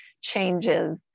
changes